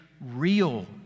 real